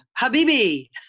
Habibi